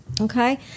Okay